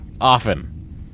often